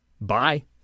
Bye